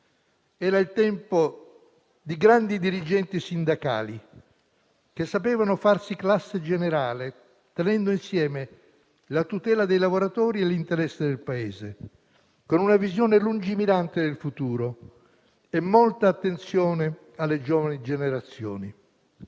Era il tempo dei grandi dirigenti sindacali, che sapevano farsi classe generale tenendo insieme la tutela dei lavoratori e l'interesse del Paese, con una visione lungimirante del futuro e molta attenzione alle giovani generazioni.